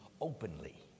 openly